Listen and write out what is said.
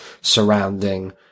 surrounding